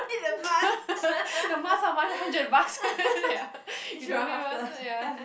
the mask how much hundred bucks ya you don't need one s~ ya